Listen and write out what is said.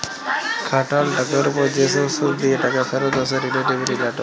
খাটাল টাকার উপর যে সব শুধ দিয়ে টাকা ফেরত আছে রিলেটিভ রিটারল